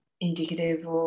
indicative